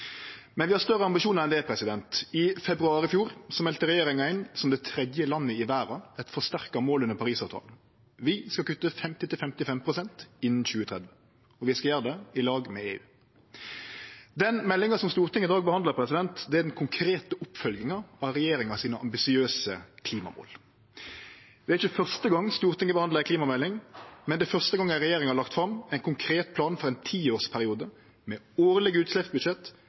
Men vi har større ambisjonar enn det. I februar i fjor melde regjeringa inn, som det tredje landet i verda, eit forsterka mål under Parisavtalen. Vi skal kutte 50–55 pst. innan 2030, og vi skal gjere det i lag med EU. Den meldinga som Stortinget i dag behandlar, er den konkrete oppfølginga av regjeringa sine ambisiøse klimamål. Det er ikkje den første gongen Stortinget behandlar ei klimamelding, men det er den første gongen ei regjering har lagt fram ein konkret plan for ein tiårsperiode, med årlege utsleppsbudsjett,